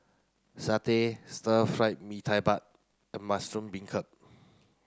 satay stir fried Mee Tai Mak and mushroom beancurd